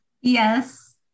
Yes